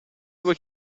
due